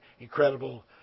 incredible